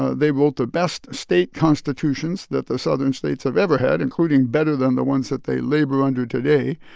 ah they wrote the best state constitutions that the southern states have ever had, including better than the ones that they labor under today.